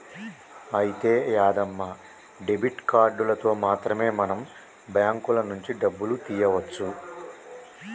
అయితే యాదమ్మ డెబిట్ కార్డులతో మాత్రమే మనం బ్యాంకుల నుంచి డబ్బులు తీయవచ్చు